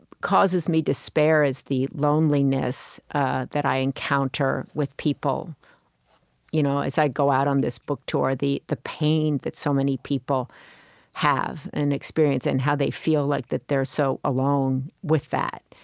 causes me despair is the loneliness that i encounter with people you know as i go out on this book tour, the the pain that so many people have and experience and how they feel like they're so alone with that.